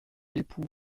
époux